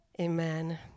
Amen